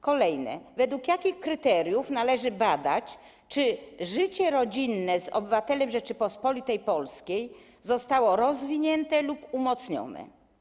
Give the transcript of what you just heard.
Kolejne: według jakich kryteriów należy badać, czy życie rodzinne z obywatelem Rzeczypospolitej Polskiej zostało rozwinięte lub umocnione?